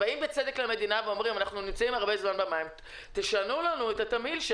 הם באים בצדק למדינה ואומרים: תשנו לנו את התמהיל,